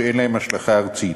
שאין להן השלכה ארצית,